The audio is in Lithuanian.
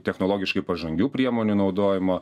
technologiškai pažangių priemonių naudojimo